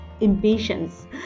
impatience